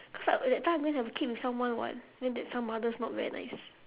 because that time I going to have a kid with someone [what] then that some others not very nice